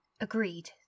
Agreed